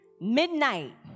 midnight